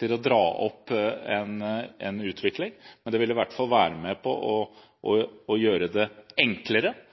til å dra opp en utvikling, men det vil i hvert fall være med på å gjøre det enklere.